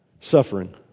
suffering